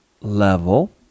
level